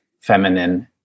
feminine